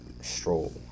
stroll